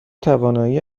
توانایی